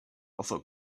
other